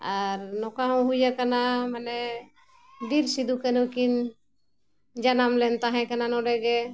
ᱟᱨ ᱱᱚᱝᱠᱟ ᱦᱚᱸ ᱦᱩᱭ ᱟᱠᱟᱱᱟ ᱢᱟᱱᱮ ᱵᱤᱨ ᱥᱤᱫᱩ ᱠᱟᱹᱱᱩ ᱠᱤᱱ ᱡᱟᱱᱟᱢ ᱞᱮᱱ ᱛᱟᱦᱮᱸ ᱠᱟᱱᱟ ᱱᱚᱰᱮ ᱜᱮ